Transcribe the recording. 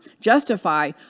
justify